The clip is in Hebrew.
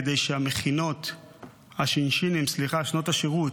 כדי שהשינשינים שנות השירות,